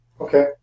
Okay